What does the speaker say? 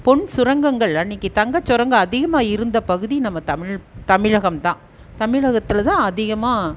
பொன் சுரங்கங்கள் அன்னிக்கு தங்கச் சுரங்கம் அதிகமாக இருந்த பகுதி நம்ம தமிழ் தமிழகம் தான் தமிழகத்தில் தான் அதிகமாக